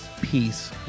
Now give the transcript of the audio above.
peace